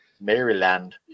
Maryland